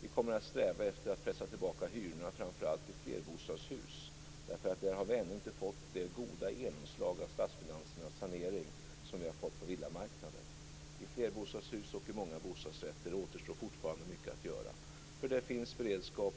Vi kommer att sträva efter att pressa tillbaka hyrorna framför allt i flerbostadshus. Där har vi ännu inte fått det goda genomslag av saneringen av statsfinanserna som vi har fått på villamarknaden. För flerbostadshus och många bostadsrätter återstår fortfarande mycket att göra. Det finns en beredskap